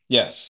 Yes